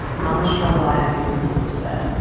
how much trouble i had getting the kids to bed,